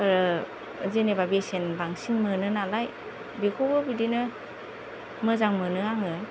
जेनेबा बेसेन बांसिन मोनो नालाय बेखौबो बिदिनो मोजां मोनो आङो